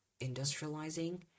industrializing